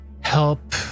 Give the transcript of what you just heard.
help